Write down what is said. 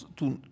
toen